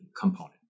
component